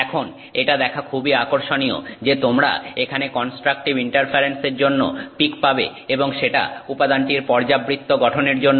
এখন এটা দেখা খুবই আকর্ষণীয় যে তোমরা এখানে কনস্ট্রাকটিভ ইন্টারফারেন্সের জন্য পিক পাবে এবং সেটা উপাদানটির পর্যাবৃত্ত গঠনের জন্য